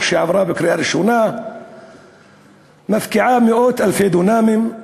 שעברה בקריאה ראשונה מפקיעה מאות אלפי דונמים,